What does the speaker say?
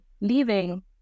leaving